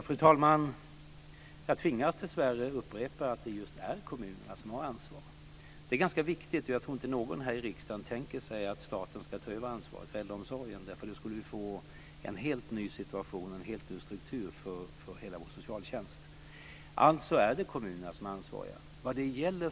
Fru talman! Jag tvingas dessvärre upprepa att det just är kommunerna som har ansvaret. Det är ganska viktigt. Jag tror inte att någon här i riksdagen tänker sig att staten ska ta över ansvaret för äldreomsorgen. Då skulle vi få en helt ny situation, en helt ny struktur för hela vår socialtjänst. Alltså är det kommunerna som är ansvariga.